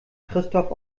christoph